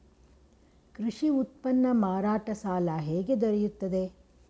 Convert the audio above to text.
ಕೃಷಿ ಉತ್ಪನ್ನ ಮಾರಾಟ ಸಾಲ ಹೇಗೆ ದೊರೆಯುತ್ತದೆ?